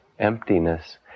emptiness